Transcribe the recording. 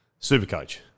Supercoach